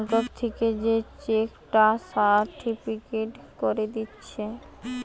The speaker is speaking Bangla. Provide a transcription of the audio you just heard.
ব্যাংক থিকে যে চেক টা সার্টিফায়েড কোরে দিচ্ছে